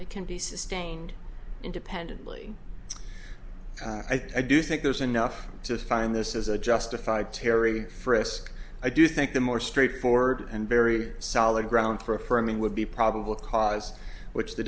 it can be sustained independently i do think there's enough to find this is a justified terry frisk i do think the more straightforward and very solid ground for affirming would be probable cause which the